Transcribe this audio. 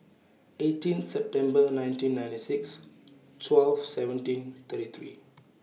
eighteen September nineteen ninety six twelve seventeen thirty three